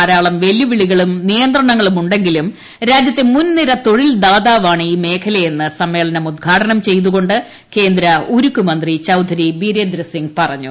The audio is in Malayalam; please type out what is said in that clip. ധാരാളം വെല്ലുവിളികളും നിയന്ത്രണങ്ങളും ഉ െ ങ്കിലും രാജ്യത്തെ മുൻനിര തൊഴിൽ ദാതാവാണ് ഇൌ മേഖലയെന്ന് സമ്മേളനം ഉദ്ഘാടനം ചെയ്തുകൊ ് കേന്ദ്ര ഉരുക്ക് മന്ത്രി ചൌധരി ബിരേന്ദ്ര സിംഗ് പറഞ്ഞു